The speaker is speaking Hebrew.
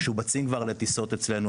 כ-2,040 איש שמשובצים כבר לטיסות אצלנו,